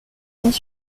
sans